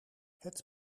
het